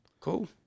cool